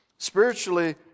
Spiritually